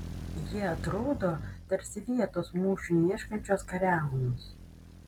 jie atrodo tarsi vietos mūšiui ieškančios kariaunos